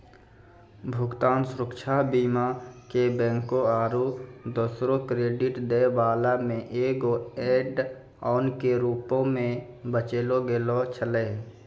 भुगतान सुरक्षा बीमा के बैंको आरु दोसरो क्रेडिट दै बाला मे एगो ऐड ऑन के रूपो मे बेचलो गैलो छलै